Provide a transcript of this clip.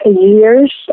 years